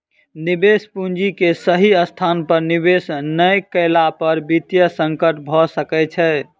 निवेश पूंजी के सही स्थान पर निवेश नै केला पर वित्तीय संकट भ सकै छै